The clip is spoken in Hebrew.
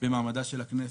במעמדה של הכנסת.